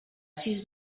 sis